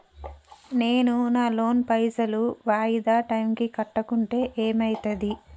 నేను నా లోన్ పైసల్ వాయిదా టైం కి కట్టకుంటే ఏమైతది?